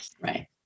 Right